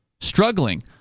struggling